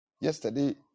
Yesterday